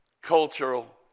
cultural